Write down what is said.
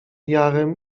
jarem